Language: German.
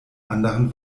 anderen